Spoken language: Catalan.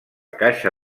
caixa